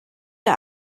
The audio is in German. der